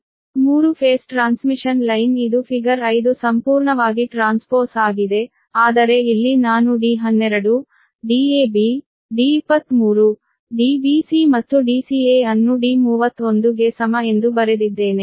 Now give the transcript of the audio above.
3 phase transmission line ಇದು figure 5 ಸಂಪೂರ್ಣವಾಗಿ transpose ಆಗಿದೆ ಆದರೆ ಇಲ್ಲಿ ನಾನು D12 Dab D23 Dbc ಮತ್ತು Dca ಅನ್ನು D31 ಗೆ ಸಮ ಎಂದು ಬರೆದಿದ್ದೇನೆ